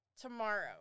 tomorrow